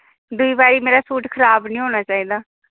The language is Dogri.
दूई बारी मेरा सूट खराब निं होना चाहिदा